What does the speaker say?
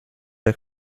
jak